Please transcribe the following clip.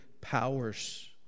powers